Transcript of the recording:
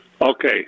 Okay